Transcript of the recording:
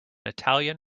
italian